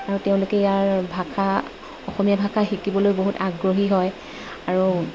আৰু তেওঁলোকে ইয়াৰ ভাষা অসমীয়া ভাষা শিকিবলৈ বহুত আগ্ৰহী হয় আৰু